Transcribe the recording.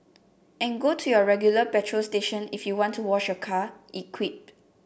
and go to your regular petrol station if you want to wash your car it quipped